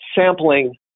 Sampling